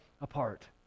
apart